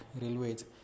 railways